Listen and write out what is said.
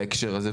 בהקשר הזה.